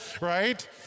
right